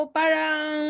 parang